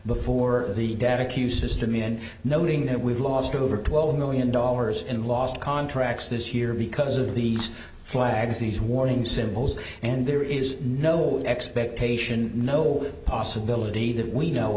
before the data queue system in noting that we've lost over twelve million dollars in lost contracts this year because of these flags these warning symbols and there is no expectation no possibility that we know